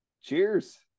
Cheers